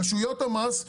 רשויות המס,